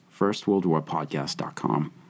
firstworldwarpodcast.com